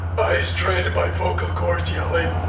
i strained my vocal chords yelling.